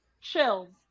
chills